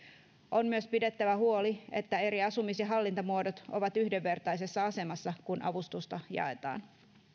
on myös pidettävä huoli että eri asumisen hallintamuodot ovat yhdenvertaisessa asemassa kun avustusta jaetaan